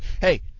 Hey